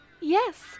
Yes